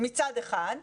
מצד אחד.